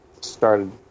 started